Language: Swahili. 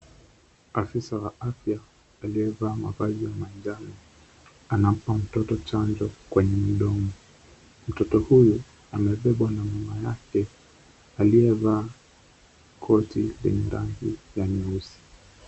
Afisa wa afya, aliyevaa mavazi ya manjano, anampa mtoto chanjo kwenye mdomo. Mtoto huyu, amebebwa na mama yake aliyevaa koti lenye rangi ya nyeusi.